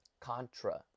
Contra